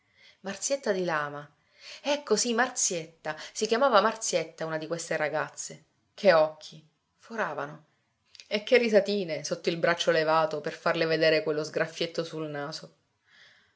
marzietta di lama ecco sì marzietta si chiamava marzietta una di queste ragazze che occhi foravano e che risatine sotto il braccio levato per farle vedere quello sgraffietto sul naso